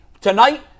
tonight